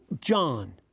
John